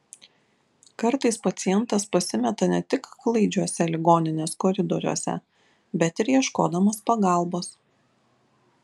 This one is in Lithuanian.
kartais pacientas pasimeta ne tik klaidžiuose ligoninės koridoriuose bet ir ieškodamas pagalbos